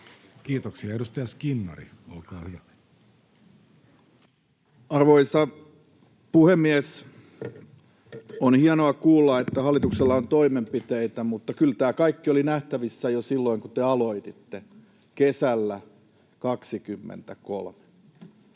Kiitoksia. — Edustaja Skinnari, olkaa hyvä. Arvoisa puhemies! On hienoa kuulla, että hallituksella on toimenpiteitä, mutta kyllä tämä kaikki oli nähtävissä jo silloin, kun te aloititte, kesällä 23.